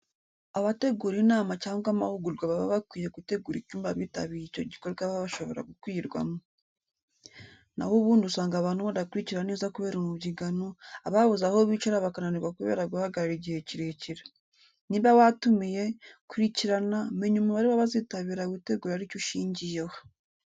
Abategura inama cyangwa amahugurwa baba bakwiye gutegura icyumba abitabiye icyo gikorwa baba bashobora gukwirwamo. Na ho ubundi usanga abantu badakurikira neza kubera umubyigano, ababuze aho bicara bakananirwa kubera guhagarara igihe kirekire. Niba watumiye, kurikirana, menya umubare w'abazitabira witegure ari cyo ushingiyeho.